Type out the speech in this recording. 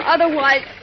Otherwise